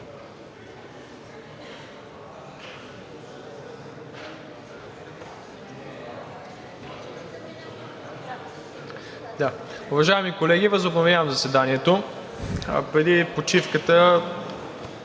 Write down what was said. Уважаеми колеги, възобновявам заседанието. Преди почивката